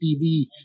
TV